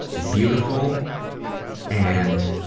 beautiful and,